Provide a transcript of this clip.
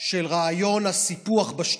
של רעיון הסיפוח בשטחים.